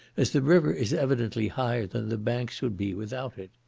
as the river is evidently higher than the banks would be without it.